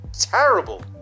terrible